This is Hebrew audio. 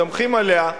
מסתמכים עליה,